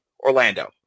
Orlando